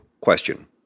question